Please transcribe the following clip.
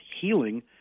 healing